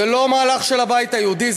זה לא מהלך של הבית היהודי,